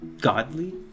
godly